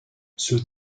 sul